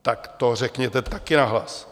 Tak to řekněte také nahlas.